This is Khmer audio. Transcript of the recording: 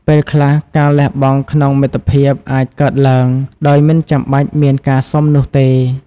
ពេលខ្លះ ការលះបង់ក្នុងមិត្តភាពអាចកើតឡើង ដោយមិនចាំបាច់មានការសុំនោះទេ។